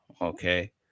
okay